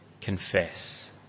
confess